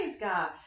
god